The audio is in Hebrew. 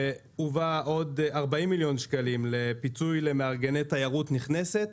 והובאו עוד 40 מיליון שקלים לפיצוי למארגני תיירות נכנסת.